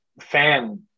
fan